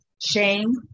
Shame